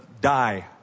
die